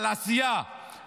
על עשייה,